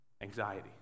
Anxiety